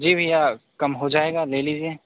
जी भैया कम हो जाएगा ले लीजिए